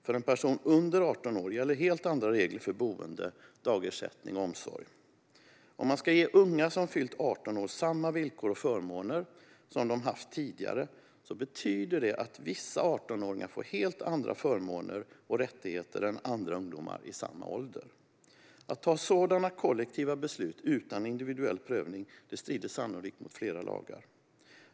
För en person under 18 år gäller helt andra regler för boende, dagersättning och omsorg. Om man ska ge unga som fyllt 18 år samma villkor och förmåner som de haft tidigare betyder det att vissa 18-åringar får helt andra förmåner och rättigheter än andra ungdomar i samma ålder. Att ta sådana kollektiva beslut utan individuell prövning strider sannolikt mot flera lagar.